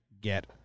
Get